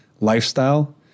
lifestyle